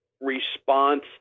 response